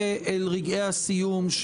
הבטחות שדורסות כל נורמה של מינהל תקין,